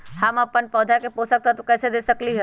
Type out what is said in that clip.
हम अपन पौधा के पोषक तत्व कैसे दे सकली ह?